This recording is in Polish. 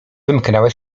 wymknęła